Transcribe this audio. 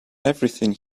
everything